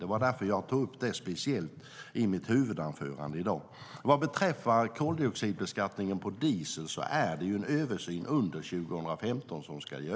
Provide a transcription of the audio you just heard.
Det var därför jag tog upp det speciellt i mitt huvudanförande.